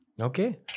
okay